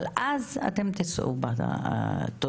אבל אז אתם תישאו בתוצאות